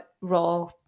raw